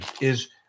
is-